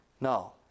No